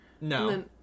No